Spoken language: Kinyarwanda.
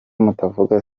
mutavuga